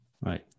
Right